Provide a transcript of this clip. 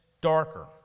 darker